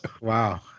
Wow